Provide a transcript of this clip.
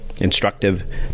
instructive